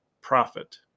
profit